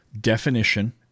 definition